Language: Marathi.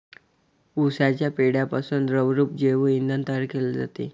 उसाच्या पेंढ्यापासून द्रवरूप जैव इंधन तयार केले जाते